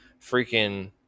freaking